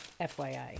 FYI